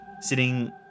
sitting